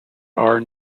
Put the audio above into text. are